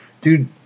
dude